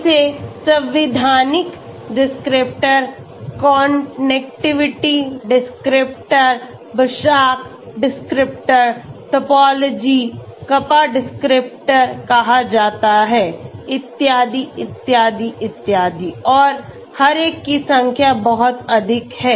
इसे संवैधानिक descriptor connectivity descriptor Basak descriptor topology kappa descriptor कहा जाता है इत्यादि इत्यादि इत्यादि और हर एक की संख्या बहुत अधिक है